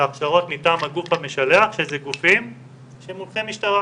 להכשרות מטעם הגוף המשלח שזה גופים שהם מונחי משטרה,